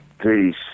Peace